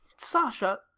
sasha,